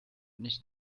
nicht